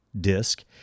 disc